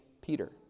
Peter